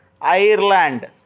Ireland